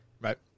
right